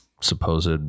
supposed